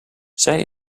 zij